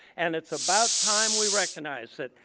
and it's about time we recognized it.